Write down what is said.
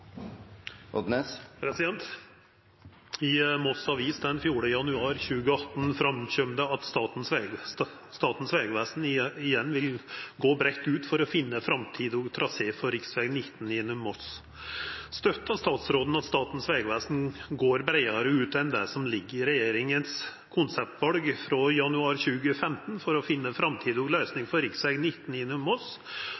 den 4. januar 2018 fremkommer det at Statens vegvesen igjen vil gå bredt ut for å finne fremtidig trasé for riksvei 19 gjennom Moss. Støtter statsråden at Statens vegvesen går bredere ut enn det som ligger i regjeringens konseptvalg fra januar 2015, for å finne en fremtidig løsning